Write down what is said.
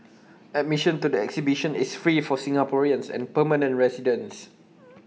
admission to the exhibition is free for Singaporeans and permanent residents